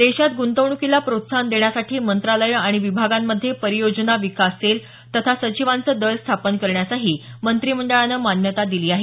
देशात गृंतवणुकीला प्रोत्साहन देण्यासाठी मंत्रालयं आणि विभागांमध्ये परियोजना विकास सेल तथा सचिवांचं दल स्थापन करण्यासही मंत्रिमंडळानं मान्यता दिली आहे